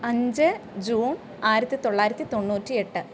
അഞ്ച് ജൂൺ ആയിരത്തി തൊള്ളായിരത്തി തൊണ്ണൂറ്റി എട്ട്